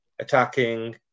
attacking